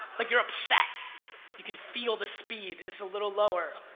like you're upset you can feel the speed is a little lower.